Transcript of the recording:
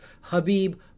Habib